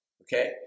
Okay